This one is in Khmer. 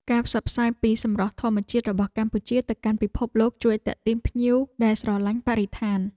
ការផ្សព្វផ្សាយពីសម្រស់ធម្មជាតិរបស់កម្ពុជាទៅកាន់ពិភពលោកជួយទាក់ទាញភ្ញៀវដែលស្រឡាញ់បរិស្ថាន។